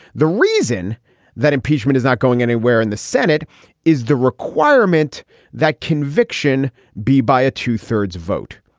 the reason that impeachment is not going anywhere in the senate is the requirement that conviction be by a two thirds vote.